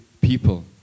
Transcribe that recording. people